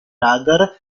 radar